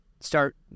Start